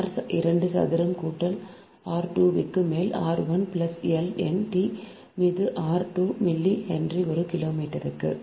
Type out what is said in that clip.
R 2 சதுரம் கூட்டல் R 2 க்கு மேல் R 1 plus L N D மீது ஆர் 2 மில்லி ஹென்றி ஒரு கிலோமீட்டருக்கு